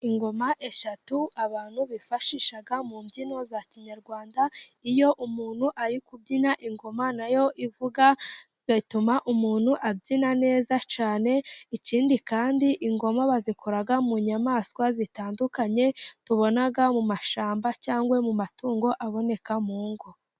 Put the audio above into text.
Ingoma eshatu abantu bifashisha mu mbyino za kinyarwanda, iyo umuntu ari kubyina ingoma nayo ivuga, bituma umuntu abyina neza cyane, ikindi kandi ingoma bazikora mu nyamaswa zitandukanye tubona mu mashyamba, cyangwa mu matungo aboneka mu ngo.